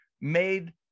made